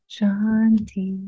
Shanti